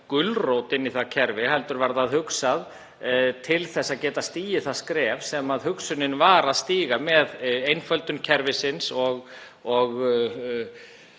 gulrót inn í það kerfi heldur til þess að geta stigið það skref sem hugsunin var að stíga með einföldun kerfisins,